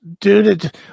dude